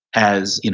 as you know